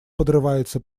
подрывается